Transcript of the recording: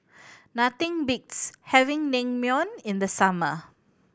nothing beats having Naengmyeon in the summer